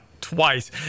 twice